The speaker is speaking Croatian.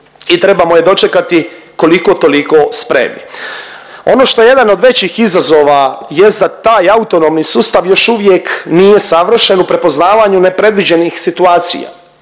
i trebamo je dočekati koliko-toliko spremni. Ono što je jedan od većih izazova jest da taj autonomni sustav još uvijek nije savršen u prepoznavanju nepredviđenih situacija,